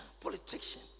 Politician